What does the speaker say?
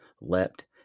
leapt